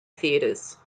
theatres